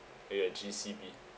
you and G C B